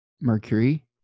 Mercury